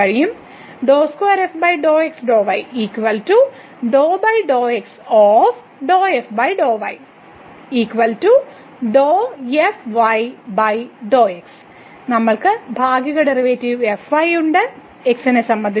നമ്മൾക്ക് ഭാഗിക ഡെറിവേറ്റീവ് ഉണ്ട് x നെ സംബന്ധിച്ച്